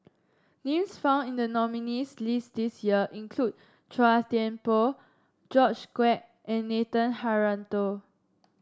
names found in the nominees' list this year include Chua Thian Poh George Quek and Nathan Hartono